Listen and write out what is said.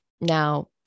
Now